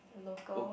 local